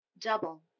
double